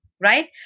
Right